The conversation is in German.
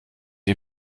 ihr